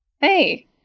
Hey